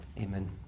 Amen